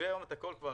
את הכול כבר